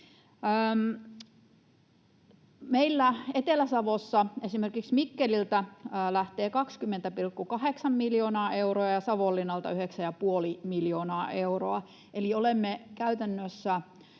Meillä Etelä-Savossa esimerkiksi Mikkeliltä lähtee 20,8 miljoonaa euroa ja Savonlinnalta 9,5 miljoonaa euroa, eli olemme käytännössä